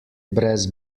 brez